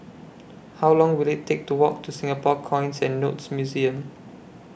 How Long Will IT Take to Walk to Singapore Coins and Notes Museum